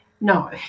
No